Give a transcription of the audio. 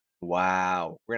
Wow